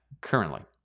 currently